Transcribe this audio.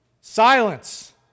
silence